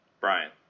Brian